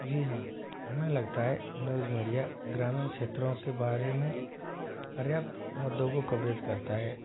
जी हाँ हमें लगता है न्यूज़ मीडिया ग्रामीण क्षेत्रों के बारे में पर्याप्त मुद्दों को कवरेज करता है